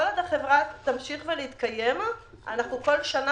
כל עוד החברה תמשיך להתקיים אנחנו בכל שנה